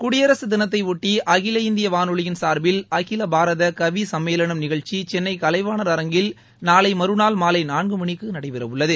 குடியரசு தினத்தையொட்டி அகில இந்திய வானொலியின் சார்பில் அகில பாரத கவி சம்மேளனம் நிகழ்ச்சி சென்னை கலைவாணர் அரங்கில் நாளை மறுநாள் மாலை நான்கு மணிக்கு நடைபெறவுள்ளது